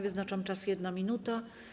Wyznaczam czas - 1 minuta.